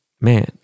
man